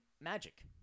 magic